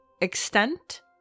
extent